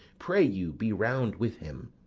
pray you, be round with him.